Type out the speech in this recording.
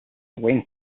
wink